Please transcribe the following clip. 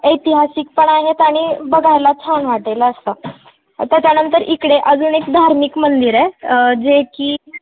ऐतिहासिक पण आहेत आणि बघायला छान वाटेल असं त्याच्यानंतर इकडे अजून एक धार्मिक मंदिर आहे जे की